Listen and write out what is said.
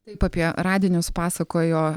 taip apie radinius pasakojo